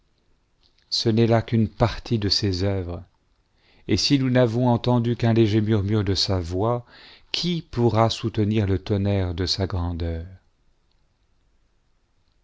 ce n'est là qu'une partie de s is œuvres et si nous n'avons entendu qu'un léger murmure de sa voix qui pourra soutenir le tonnerre de sa grandeur